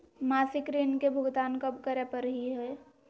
मासिक ऋण के भुगतान कब करै परही हे?